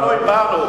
זה לא תלוי בנו.